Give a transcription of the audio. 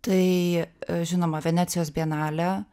tai žinoma venecijos bienalė